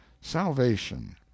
salvation